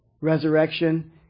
resurrection